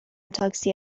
تاکسی